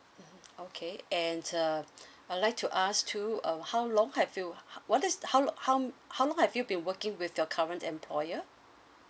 mm okay and uh I'll like to ask you um how long have you how how what is how uh how how long have you been working with your current employer